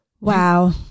Wow